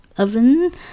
oven